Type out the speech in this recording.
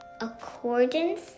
accordance